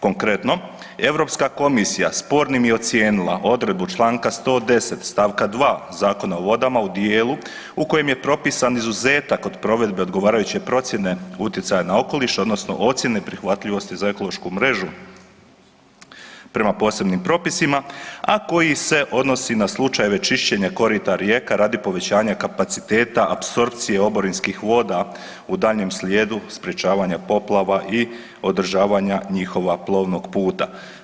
Konkretno, Europska komisija spornim je ocijenila odredbu čl. 110. st. 2. Zakona o vodama u dijelu u kojima je propisan izuzetak od provedbe odgovarajuće procjene utjecaja na okoliš odnosno ocjena prihvatljivosti za ekološku mrežu prema posebnim propisima, a koji se odnosi na slučajeve čišćenja korita rijeka radi povećavanja kapaciteta apsorpcije oborinskih voda u daljnjem slijedu sprečavanja poplava i održavanja njihovog vodnog puta.